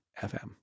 FM